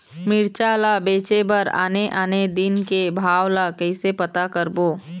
मिरचा ला बेचे बर आने आने दिन के भाव ला कइसे पता करबो?